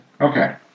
Okay